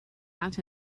out